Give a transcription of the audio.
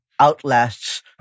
outlasts